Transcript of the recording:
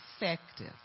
effective